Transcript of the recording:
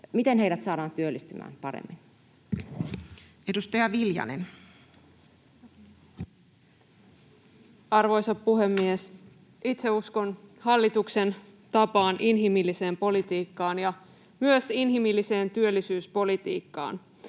annettavista esityksistä Time: 16:35 Content: Arvoisa puhemies! Itse uskon hallituksen tapaan inhimilliseen politiikkaan ja myös inhimilliseen työllisyyspolitiikkaan.